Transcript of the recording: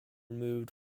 removed